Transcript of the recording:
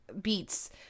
beats